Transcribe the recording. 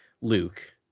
Luke